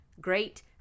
great